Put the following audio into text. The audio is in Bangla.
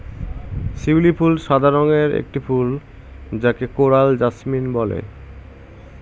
শিউলি ফুল সাদা রঙের একটি ফুল যাকে কোরাল জাসমিন বলে